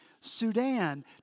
Sudan